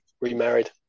remarried